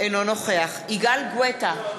אינו נוכח יגאל גואטה,